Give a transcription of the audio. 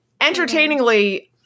Entertainingly